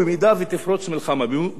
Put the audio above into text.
במידה שתותקף אירן,